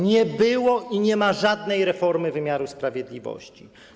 Nie było i nie ma żadnej reformy wymiaru sprawiedliwości.